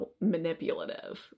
manipulative